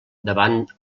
davant